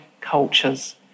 cultures